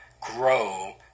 grow